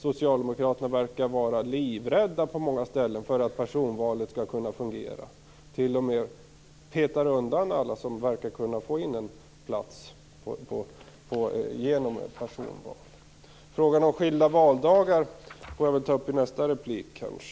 Socialdemokraterna verkar, på många ställen, vara livrädda för att personvalet skall fungera och t.o.m. petar undan alla som verkar kunna få en riksdagsplats genom personval. Frågan om skilda valdagar får jag ta upp i nästa replik.